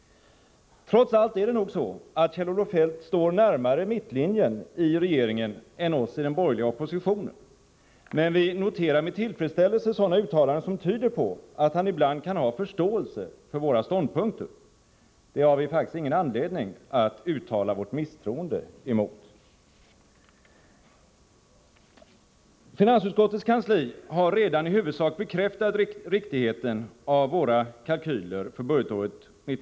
Trots allt står nog Kjell-Olof Feldt närmare mittlinjen i regeringen än oss i den borgerliga oppositionen. Men vi noterar med tillfredsställelse sådana yttranden som tyder på att han ibland kan ha förståelse för våra ståndpunkter. Det har vi faktiskt ingen anledning att uttala vår misstro mot. Finansutskottets kansli har redan i huvudsak bekräftat riktigheten av våra kalkyler för budgetåret 1985/86.